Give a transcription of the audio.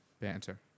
banter